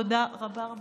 תודה רבה רבה.